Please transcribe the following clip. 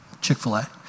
Chick-fil-A